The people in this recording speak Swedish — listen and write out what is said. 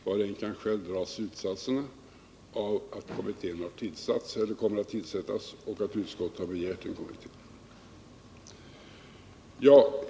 Var och en kan själv dra slutsatserna av att utskottet har begärt en kommitté och att den kommittén kommer att tillsättas.